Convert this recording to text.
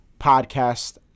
podcast